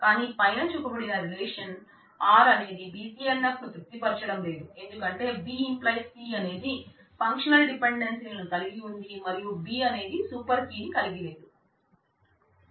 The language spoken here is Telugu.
కాని పైన చూపబడిన రిలేషన్ ని కలిగి లేదు